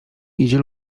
idzie